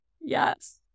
Yes